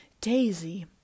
Daisy